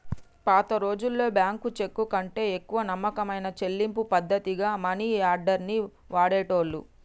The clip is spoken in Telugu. పాతరోజుల్లో బ్యేంకు చెక్కుకంటే ఎక్కువ నమ్మకమైన చెల్లింపు పద్ధతిగా మనియార్డర్ ని వాడేటోళ్ళు